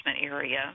area